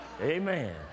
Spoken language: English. amen